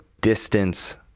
distance